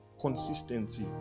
consistency